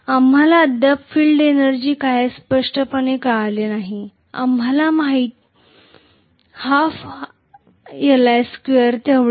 आम्हाला अद्याप field energy काय हे स्पष्टपणे कळले नाही आम्हाला माहित 12 Li2 एवढेच